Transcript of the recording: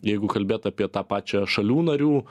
jeigu kalbėt apie tą pačią šalių narių